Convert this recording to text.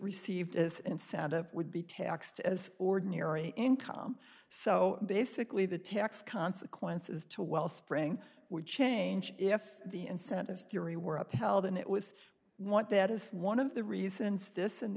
received and sound of would be taxed as ordinary income so basically the tax consequences to wellspring would change if the incentive theory were upheld and it was want that is one of the reasons this